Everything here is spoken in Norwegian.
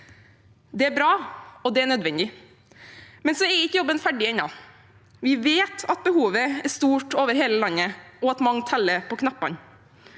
Det er bra, og det er nødvendig. Men så er ikke jobben ferdig ennå. Vi vet at behovet er stort over hele landet, og at mange teller på knappene.